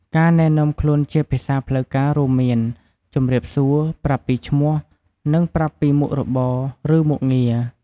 ការណែនាំខ្លួនជាភាសាផ្លូវការរួមមានការ ជំរាបសួរ ប្រាប់ពីឈ្មោះ និងប្រាប់ពីមុខរបរ ឬមុខងារ។